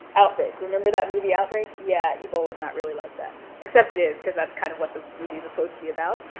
outbreak, remember that movie, outbreak? yeah, ebola's not really like that, except it is, cause that's kind of what the movie's supposed to be about.